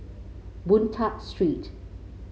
Boon Tat Street